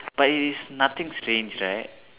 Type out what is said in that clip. but it is nothing strange right